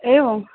एवम्